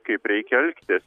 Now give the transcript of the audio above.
kaip reikia elgtis